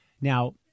Now